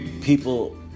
People